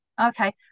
okay